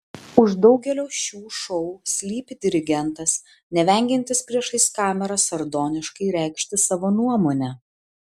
už daugelio šių šou slypi dirigentas nevengiantis priešais kamerą sardoniškai reikšti savo nuomonę